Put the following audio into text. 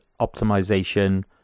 Optimization